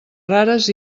rares